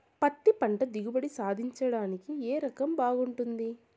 పత్తి పంట దిగుబడి సాధించడానికి ఏ రకం బాగుంటుంది?